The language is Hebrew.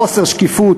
חוסר שקיפות,